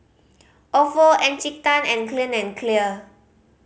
Ofo Encik Tan and Clean and Clear